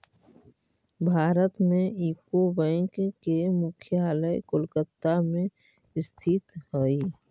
भारत में UCO bank के मुख्यालय कोलकाता में स्थित हइ